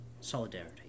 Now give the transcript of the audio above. solidarity